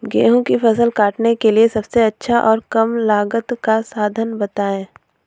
गेहूँ की फसल काटने के लिए सबसे अच्छा और कम लागत का साधन बताएं?